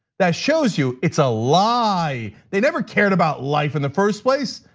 that shows you it's a lie, they never cared about life in the first place.